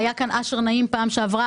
כשהיה כאן אשר נעים בפעם שעברה,